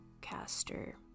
caster